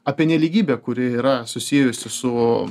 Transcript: apie nelygybę kuri yra susijusi su